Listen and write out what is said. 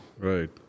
Right